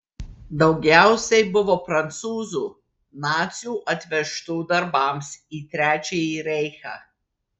daugiausiai buvo prancūzų nacių atvežtų darbams į trečiąjį reichą